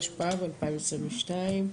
התשפ"ב-2022.